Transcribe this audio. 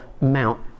Mount